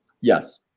Yes